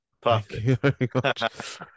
Perfect